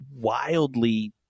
wildly